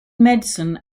medicine